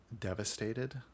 devastated